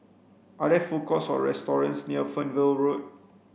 are there food courts or restaurants near Fernvale Road